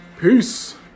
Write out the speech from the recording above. peace